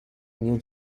new